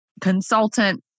consultant